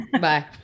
bye